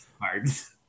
cards